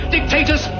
Dictators